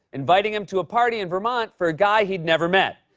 inviting him to a party in vermont for a guy he'd never met.